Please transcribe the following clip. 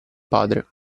padre